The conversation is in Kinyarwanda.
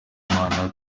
y’imana